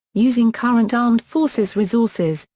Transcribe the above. using current armed forces resources,